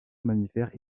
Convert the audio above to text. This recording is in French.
mammifères